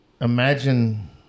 imagine